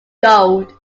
gold